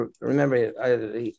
remember